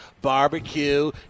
barbecue